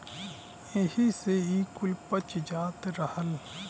एही से ई कुल पच जात रहल